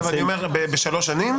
בשלוש שנים?